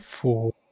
Four